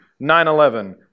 9-11